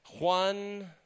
Juan